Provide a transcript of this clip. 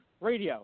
Radio